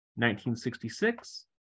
1966